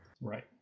Right